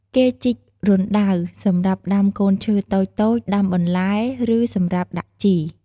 គេជីករណ្តៅសម្រាប់ ដាំកូនឈើ តូចៗ ដាំបន្លែ ឬសម្រាប់ដាក់ជី។